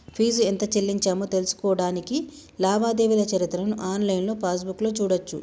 fee ఎంత చెల్లించామో తెలుసుకోడానికి లావాదేవీల చరిత్రను ఆన్లైన్ పాస్బుక్లో చూడచ్చు